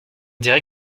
dirait